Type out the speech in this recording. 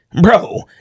bro